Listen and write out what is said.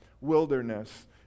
wilderness